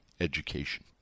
education